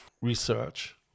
research